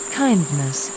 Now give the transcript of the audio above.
kindness